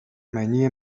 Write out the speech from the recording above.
منی